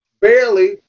barely